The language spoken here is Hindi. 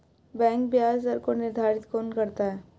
बैंक ब्याज दर को निर्धारित कौन करता है?